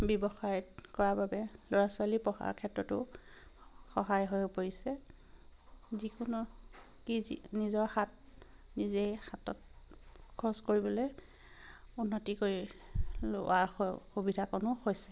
ব্যৱসায়ত কৰাৰ বাবে ল'ৰা ছোৱালী পঢ়াৰ ক্ষেত্ৰতো সহায় হৈ পৰিছে যিকোনো কি যি নিজৰ হাত নিজেই হাতত খৰচ কৰিবলে উন্নতি কৰি লোৱাৰ সুবিধাাকণো হৈছে